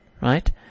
right